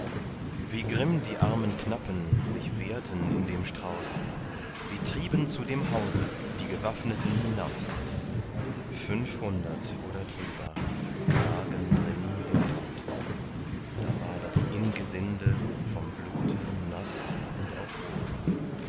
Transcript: wie grimm die armen knappen sich wehrten in dem strauß sie trieben zu dem hause die gewaffneten hinaus fünfhundert oder drüber erlagen drin dem tod da war das ingesinde vom blute naß und auch rot